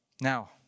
Now